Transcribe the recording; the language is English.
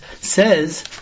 says